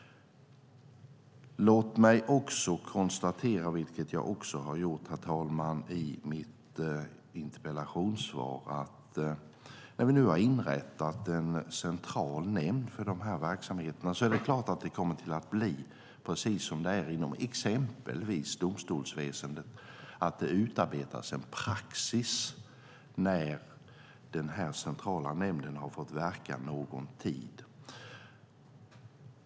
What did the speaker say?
Låt mig också konstatera - vilket jag även har gjort i mitt interpellationssvar - att när en central nämnd för dessa verksamheter nu har inrättats är det klart att det kommer att bli som exempelvis inom domstolsväsendet att en praxis utarbetas när den centrala nämnden har fått verka en tid.